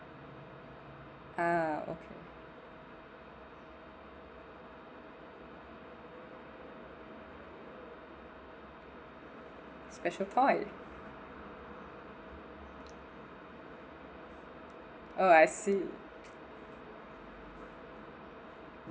ah okay special toy oh I see